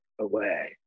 away